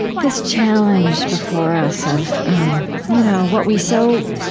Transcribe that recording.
this challenge before us of you know what we so